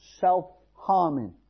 self-harming